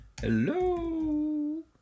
Hello